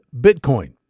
Bitcoin